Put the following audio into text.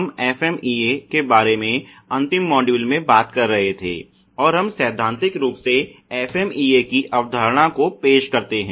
हम FMEA के बारे में अंतिम मॉड्यूल में बात कर रहे थे और हम सैद्धांतिक रूप से FMEA की अवधारणा को पेश करते हैं